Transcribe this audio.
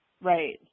right